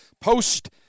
post